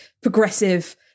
progressive